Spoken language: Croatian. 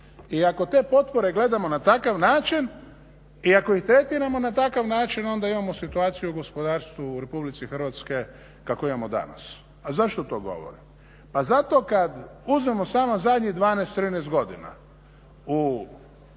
i ako te potpore gledamo na takav način i ako ih tretiramo na takav način onda imamo situaciju u gospodarstvu RH kako imamo danas. A zašto to govorim? Pa zato kad uzmemo samo zadnjih 12, 13 godina u